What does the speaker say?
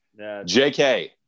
Jk